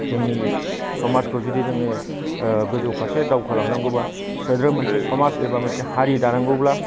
जोंनि समाजखौ जुदि जोङो गोजौ फारसे दावखोलांनांगौबा सोद्रोम एबा मोनसे समाज एबा हारि दानांगौब्ला